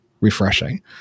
refreshing